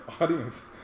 Audience